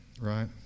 right